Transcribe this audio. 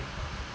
tarun uh